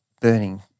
burning